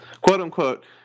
quote-unquote